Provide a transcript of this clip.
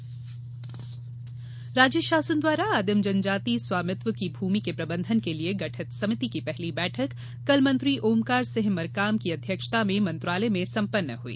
समिति बैठक राज्य शासन द्वारा आदिम जनजाति स्वामित्व की भूमि के प्रबन्धन के लिये गठित समिति की पहली बैठक कल मंत्री ओमकार सिंह मरकाम की अध्यक्षता में मंत्रालय में सम्पन्न हुई